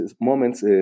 moments